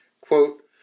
Quote